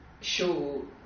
show